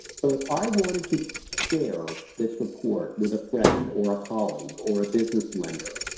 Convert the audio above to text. so, if i wanted to share this report with a friend, or a colleague, or a business lender,